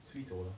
吹走了